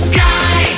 Sky